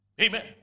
Amen